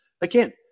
Again